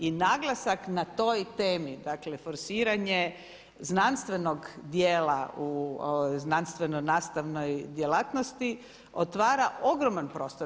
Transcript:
I naglasak na toj temi, dakle forsiranje znanstvenog dijela u znanstveno-nastavnoj djelatnosti otvara ogroman prostor.